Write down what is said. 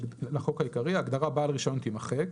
העיקרי - (1)ההגדרה "בעל רישיון" תימחק,